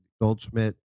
Goldschmidt